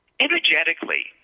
Energetically